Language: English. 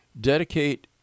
dedicate